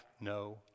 no